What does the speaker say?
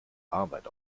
arbeit